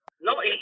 No